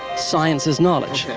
science is knowledge.